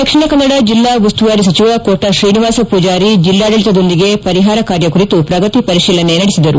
ದಕ್ಷಿಣ ಕನ್ನಡ ಜಿಲ್ಲಾ ಉಸ್ತುವಾರಿ ಸಚಿವ ಕೋಟಾ ಶ್ರೀನಿವಾಸ ಪೂಜಾರಿ ಜಿಲ್ಲಾಡಳಿತದೊಂದಿಗೆ ಪರಿಹಾರ ಕಾರ್ಯ ಕುರಿತು ಪ್ರಗತಿ ಪರಿಶೀಲನೆ ನಡೆಸಿದರು